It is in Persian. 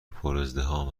پرازدحام